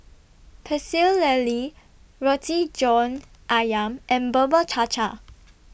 Pecel Lele Roti John Ayam and Bubur Cha Cha